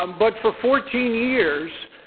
um but for fourteen years,